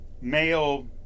male